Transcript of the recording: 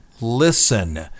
listen